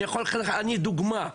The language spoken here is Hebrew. אני דוגמה,